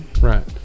right